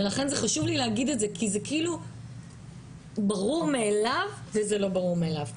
זה חשוב לי להגיד את זה כי זה כאילו ברור מאליו וזה לא ברור מאליו.